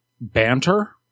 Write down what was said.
banter